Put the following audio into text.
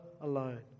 alone